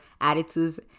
attitudes